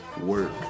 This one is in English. work